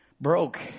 broke